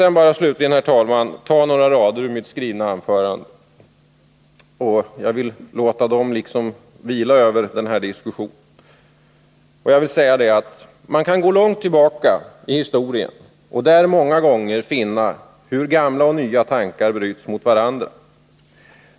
Låt mig slutligen, herr talman, ta några rader ur mitt skrivna anförande; jag vill låta dem så att säga vila över den här diskussionen. Man kan gå långt tillbaka i historien och där många gånger finna hur gamla och nya tankar bryts mot varandra.